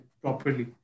properly